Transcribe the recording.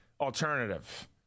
alternative